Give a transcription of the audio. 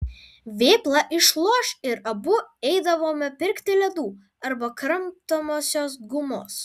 vėpla išloš ir abu eidavome pirkti ledų arba kramtomosios gumos